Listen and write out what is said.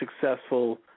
successful